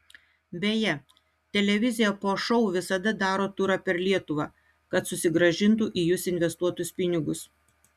beje televizija po šou visada daro turą per lietuvą kad susigrąžintų į jus investuotus pinigus